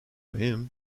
him